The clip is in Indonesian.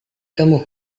kamu